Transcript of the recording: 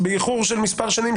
באיחור של מספר שנים,